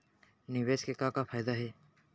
निवेश के का का फयादा हे?